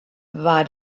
war